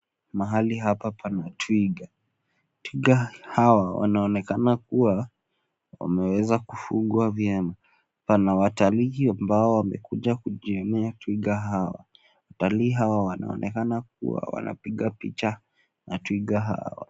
Mahali hapa pana twiga. Twiga hawa wanaonekana kuwa wameweza kufugwa vyema pana watalii ambao wamekuja kujionea twiga hawa. Watalii hawa wanaonekana kupiga picha na twiga hawa.